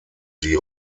die